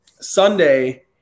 Sunday